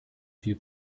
few